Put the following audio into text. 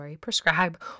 prescribe